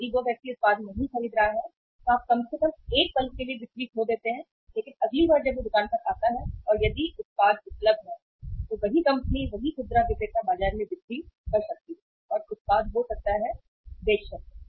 यदि वह व्यक्ति उत्पाद नहीं खरीद रहा है तो आप कम से कम एक पल के लिए बिक्री खो देते हैं लेकिन अगली बार वह दुकान पर जाता है और यदि उत्पादन उपलब्ध है तो वही कंपनी वही खुदरा विक्रेता बाजार में बिक्री कर सकती है और उत्पाद हो सकता है बेच दिया